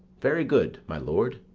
very good, my lord.